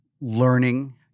learning